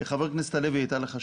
חבר הכנסת הלוי, הייתה לך שאלה?